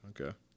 Okay